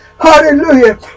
hallelujah